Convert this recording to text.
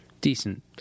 Decent